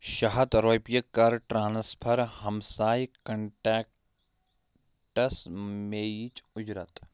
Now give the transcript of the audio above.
شےٚ ہَتھ رۄپیہِ کَر ٹرانسفر ہمساے کنٹیکٹَس مے یِچ اُجرت